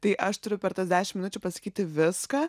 tai aš turiu per tas dešimt minučių pasakyti viską